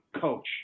coach